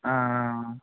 ஆ ஆ ஆ